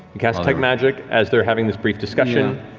you cast detect magic as they're having this brief discussion.